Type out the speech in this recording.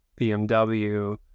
BMW